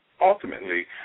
ultimately